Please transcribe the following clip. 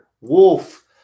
Wolf